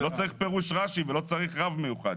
לא צריך פירוש רש"י ולא צריך רב מיוחד.